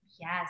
Yes